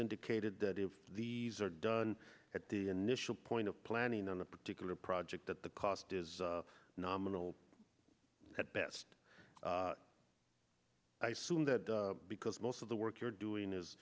indicated that if these are done at the initial point of planning on a particular project that the cost is nominal at best i soon that because most of the work you're doing is